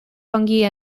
fungi